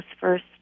first